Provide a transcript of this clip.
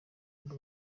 nkuru